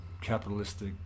capitalistic